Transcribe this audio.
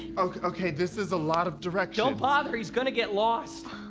okay. okay. this is a lot of directions. don't bother he's gonna get lost.